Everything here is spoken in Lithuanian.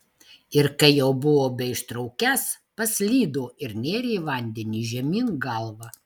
ir kai jau buvo beištraukiąs paslydo ir nėrė į vandenį žemyn galva